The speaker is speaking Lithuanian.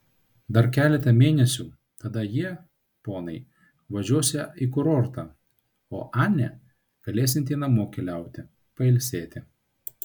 dar keletą mėnesių tada jie ponai važiuosią į kurortą o anė galėsianti namo keliauti pailsėti